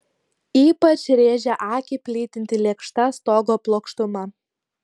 ypač rėžė akį plytinti lėkšta stogo plokštuma